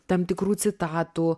tam tikrų citatų